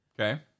Okay